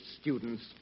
students